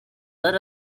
let